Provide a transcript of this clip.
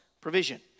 provision